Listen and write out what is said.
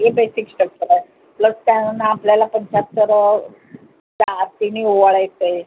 हे basic structure आहे plus त्यांना आपल्याला पंच्याहत्तरावा आरतीने ओवाळायचं आहे